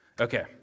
Okay